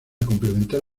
complementar